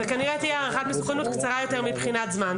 זו כנראה תהיה הערכת מסוכנות קצרה יותר מבחינת זמן,